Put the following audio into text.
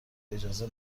اجازه